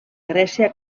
grècia